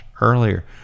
earlier